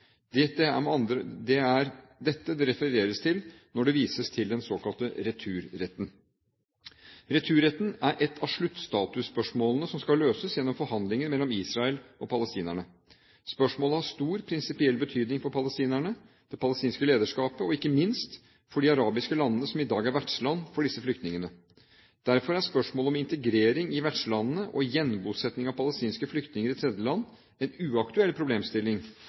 dette det refereres til når det vises til den såkalte returretten. Returretten er ett av sluttstatusspørsmålene som skal løses gjennom forhandlinger mellom Israel og palestinerne. Spørsmålet har stor prinsipiell betydning for palestinerne, det palestinske lederskapet og ikke minst for de arabiske landene som i dag er vertsland for disse flyktningene. Derfor er spørsmålet om integrering i vertslandene og gjenbosetting av palestinske flyktninger i tredjeland en uaktuell problemstilling